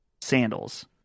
sandals